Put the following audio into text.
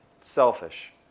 selfish